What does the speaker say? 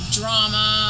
drama